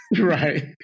right